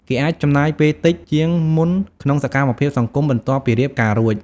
គេអាចចំណាយពេលតិចជាងមុនក្នុងសកម្មភាពសង្គម បន្ទាប់ពីរៀបការរួច។